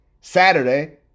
Saturday